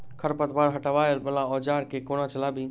खरपतवार हटावय वला औजार केँ कोना चलाबी?